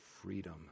freedom